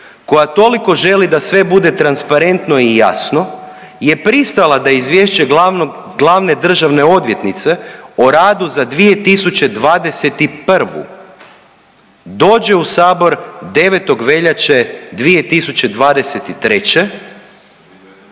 koja toliko želi da sve bude transparentno i jasno je pristala da Izvješće glavne državne odvjetnice o radu za 2021. dođe u Sabor 9. veljače 2023.